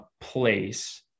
place